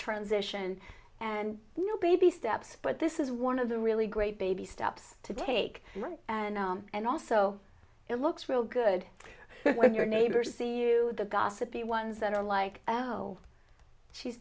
transition and you know baby steps but this is one of the really great baby steps to take and and also it looks real good when your neighbors see you the gossipy ones that are like oh no she's